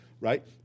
right